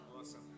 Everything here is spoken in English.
awesome